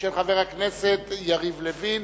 של חבר הכנסת יריב לוין,